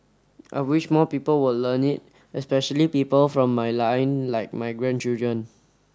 I wish more people will learn it especially people from my line like my grandchildren